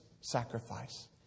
sacrifice